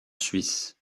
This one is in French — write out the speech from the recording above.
suisse